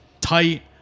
tight